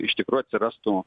iš tikrų atsirastų